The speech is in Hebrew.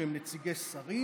שהם נציגי שרים,